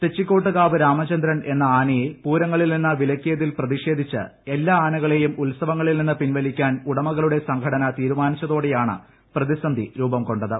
തെച്ചിക്കോട്ടുകാവ് രാമചന്ദ്രൻ എന്ന ആനയെ പൂരങ്ങളിൽ നിന്ന് വിലക്കിയിൽ പ്രതിഷേധിച്ച് എല്ലാ ആനകളെയും ഉത്സവങ്ങളിൽ നിന്റീ പിൻവലിക്കാൻ ഉടമകളുടെ സംഘടന തീരുമാനിച്ചതോടെയാണ് രൂപംകൊണ്ടത്